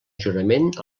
jurament